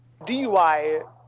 dui